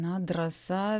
na drąsa